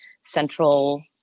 central